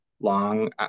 long